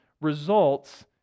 results